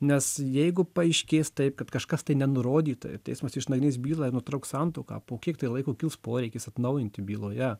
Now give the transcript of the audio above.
nes jeigu paaiškės taip kad kažkas tai nenurodyta ir teismas išnagrinės bylą ir nutrauks santuoką po kiek tai laiko kils poreikis atnaujinti byloje